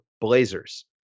BLAZERS